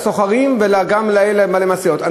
מוסר מסר לסוחרים וגם לנהגי המשאיות,